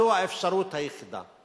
זו האפשרות היחידה.